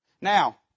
now